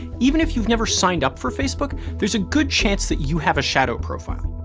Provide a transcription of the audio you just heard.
even if you've never signed up for facebook, there's a good chance that you have a shadow profile.